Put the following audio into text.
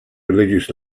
religious